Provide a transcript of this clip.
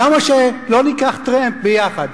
למה שלא ניקח טרמפ ביחד?